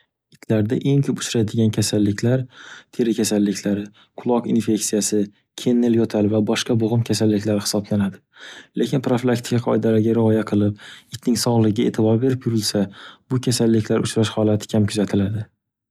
Itlarda eng ko'p uchraydigan kasalliklar teri kasalliklari, quloq infeksiyasi, kennil yo'tal va boshqa bo'g'im kasalliklari hisoblanadi. Lekin profilaktika qoidalarga rioya qilib, itning sog'ligiga e'tibor berib yurilsa, bu kasalliklar uchrash holati kam kuzatiladi.